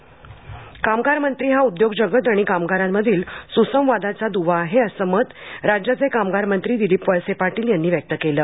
दिलीप वळसे पाटील कामगार मंत्री हा उद्योगजगत आणि कामगारांमधील सुसंवादाचा दुवा आहे असं मत राज्याचे कामगार मंत्री दिलीप वळसे पाटील यांनी व्यक्त केलं